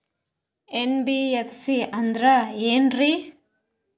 NBFC ಅಂದ್ರ ಏನ್ರೀ?